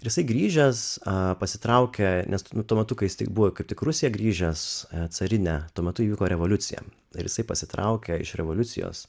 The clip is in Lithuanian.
ir jisai grįžęs pasitraukia nes tuo metu kai jis tik buvo kaip tik į rusija grįžęs carinę tuo metu įvyko revoliucija ir jisai pasitraukė iš revoliucijos